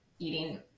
eating